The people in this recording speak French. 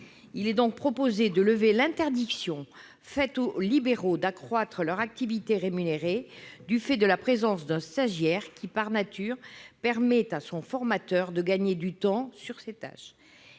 Il est donc proposé de lever l'interdiction faite aux libéraux d'accroître leur activité rémunérée, grâce à la présence d'un stagiaire, qui, par nature, permet à son formateur de gagner du temps sur ses tâches.